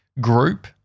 group